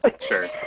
sure